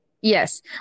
Yes